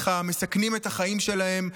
מסכנים את החיים שלהם,